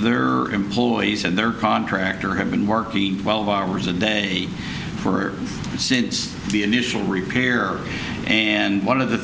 there are employees and their contractor have been working twelve hours a day for since the initial repair and one of the